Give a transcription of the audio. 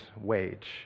wage